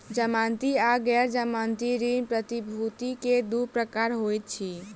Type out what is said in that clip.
जमानती आर गैर जमानती ऋण प्रतिभूति के दू प्रकार होइत अछि